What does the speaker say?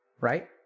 Right